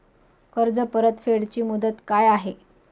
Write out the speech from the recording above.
कर्ज परतफेड ची मुदत काय आहे?